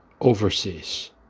overseas